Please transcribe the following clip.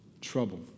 trouble